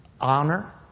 honor